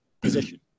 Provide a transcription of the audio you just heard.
position